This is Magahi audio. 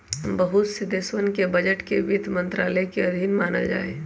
बहुत से देशवन के बजट के वित्त मन्त्रालय के अधीन मानल जाहई